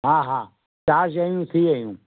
हा हा चारि शयूं थी वियूं